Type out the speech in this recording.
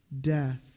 death